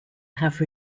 have